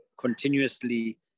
continuously